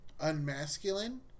Unmasculine